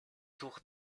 tour